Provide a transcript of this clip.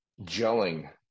gelling